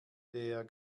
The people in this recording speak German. der